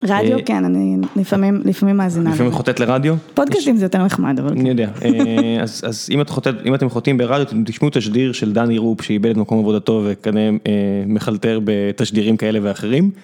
רדיו כן, אני לפעמים מאזינה -לפעמים חוטאת לרדיו -פודקאסים זה יותר נחמד -אני יודע. אז אם אתם חוטאים ברדיו אתם תשמעו תשדיר של דני רופ שאיבד את מקום עבודתו וכנראה מחלטר בתשדירים כאלה ואחרים.